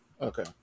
Okay